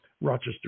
Rochester